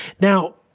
Now